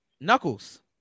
Knuckles